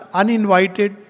uninvited